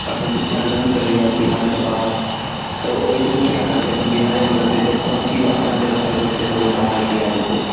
अपन शिक्षा ग्रहण करैए बिहारके बाहर तऽ ओहिठाम किएक करतै अपन बिहारेमे करतै जब सबचीज अपना जगहपर भेटतै तऽ लोक बाहर किएक जेतै